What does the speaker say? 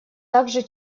также